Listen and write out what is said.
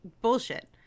bullshit